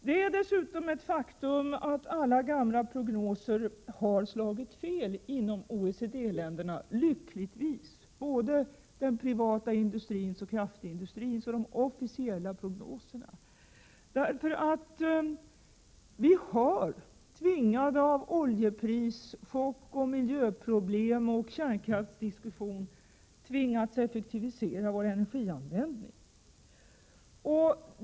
Det är dessutom ett faktum att alla gamla prognoser har slagit fel inom OECD-länderna — lyckligtvis — både den privata industrins, kraftindustrins prognoser och de officiella prognoserna. Vi har, tvingade av oljeprischock, miljöproblem och kärnkraftsdiskussion, effektiviserat vår energianvänd Prot, 1987/88:135 ning.